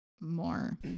More